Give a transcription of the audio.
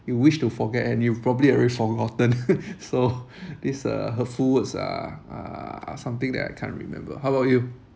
you wish to forget and you've probably already forgotten so this uh hurtful words are are something that I can't remember how about you